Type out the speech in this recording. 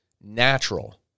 natural